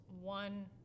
one